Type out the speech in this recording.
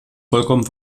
vollkommen